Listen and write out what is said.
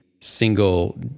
single